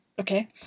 okay